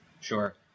Sure